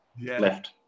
left